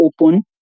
open